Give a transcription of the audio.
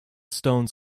stones